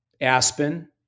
Aspen